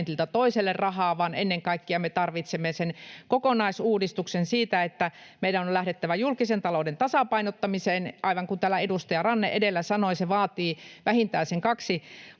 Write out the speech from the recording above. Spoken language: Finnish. toiselle rahaa — vaan ennen kaikkea me tarvitsemme sen kokonaisuudistuksen siitä, että meidän on lähdettävä julkisen talouden tasapainottamiseen. Aivan kuten täällä edustaja Ranne edellä sanoi, se vaatii vähintään sen kaksi